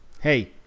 Hey